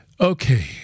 Okay